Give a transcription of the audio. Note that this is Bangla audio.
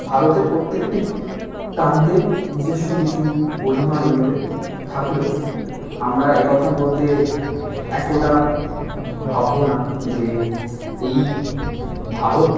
ভারতের প্রত্যেকটি প্রান্তে নিজস্ব কিছু গড়িমা রইলে থাকলো আমরা এ কথা বলতে এক ফোঁটা ভাববো না যে এই ভারত